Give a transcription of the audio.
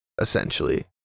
essentially